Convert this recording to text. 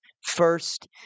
first